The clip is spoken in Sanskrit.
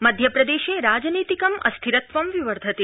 मध्यप्रदेशे राजनीतिकम् अस्थिरत्वं विवर्धते